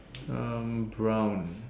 um brown